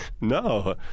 No